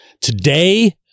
Today